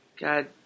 God